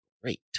Great